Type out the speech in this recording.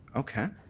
okay.